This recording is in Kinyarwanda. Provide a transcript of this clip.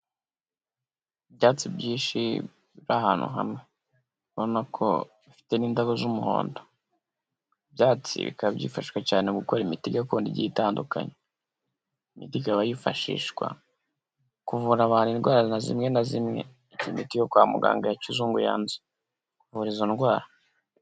Ibyatsi byinshi biri ahantu hamwe ubona ko bifite n'indabo z'umuhondo, ibyatsi bikaba byifashishwa cyane gukora imiti gakondo igiye itandukanye, imiti ikaba yifashishwa kuvura abantu indwara zimwe na zimwe imiti yo kwa muganga ya kizungu yanze kuvura izo ndwara.